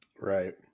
Right